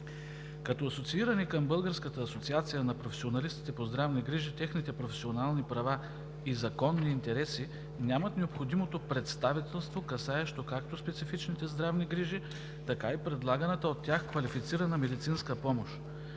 Като асоциирани към Българската асоциация на професионалистите по здравни грижи техните професионални права и законни интереси нямат необходимото представителство, касаещо както специфичните здравни грижи, така и предлаганата от тях квалифицирана медицинска помощ.